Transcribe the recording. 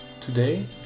Today